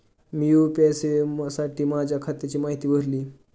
मी UPI सेवेसाठी माझ्या खात्याची माहिती भरली